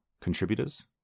contributors